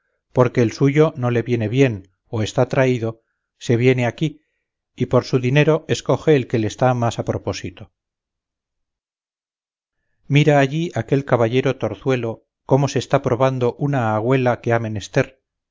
porque el suyo no le viene bien o está traído se viene aquí y por su dinero escoge el que le está más a propósito mira allí aquel caballero torzuelo cómo se está probando una agüela que ha menester